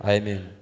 Amen